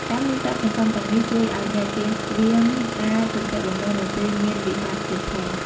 ការមានប្រាក់សន្សំទាំងនេះ ជួយឱ្យអ្នកជៀសវាងការជំពាក់បំណុលនៅពេលមានវិបត្តិទៀតផង។